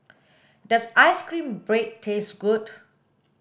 does ice cream bread taste good